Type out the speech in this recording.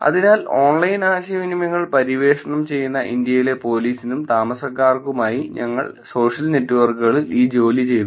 അതിനാൽ ഓൺലൈൻ ആശയവിനിമയങ്ങൾ പര്യവേക്ഷണം ചെയ്യുന്ന ഇന്ത്യയിലെ പോലീസിനും താമസക്കാർക്കുമായി ഞങ്ങൾ സോഷ്യൽ നെറ്റ്വർക്കുകളിൽ ഈ ജോലി ചെയ്തു